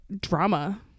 drama